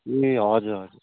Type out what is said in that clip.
ए हजुर हजुर